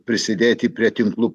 prisidėti prie tinklų